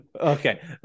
Okay